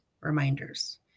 reminders